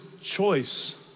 choice